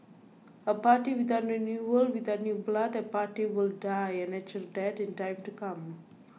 a party without renewal without new blood a party will die a natural death in time to come